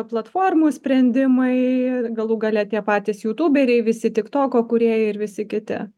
platformų sprendimai galų gale tie patys jutūberiai visi tiktoko kūrėjai ir visi kiti